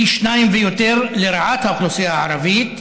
פי שניים ויותר לרעת האוכלוסייה הערבית,